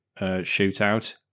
shootout